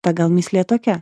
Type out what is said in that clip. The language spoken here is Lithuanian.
ta gal mįslė tokia